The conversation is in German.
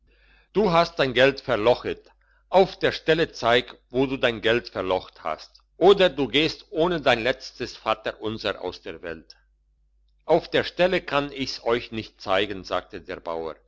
du hast dein geld verlochet auf der stelle zeig wo du dein geld verlocht hast oder du gehst ohne dein letztes vaterunser aus der welt auf der stelle kann ich's euch nicht zeigen sagte der bauer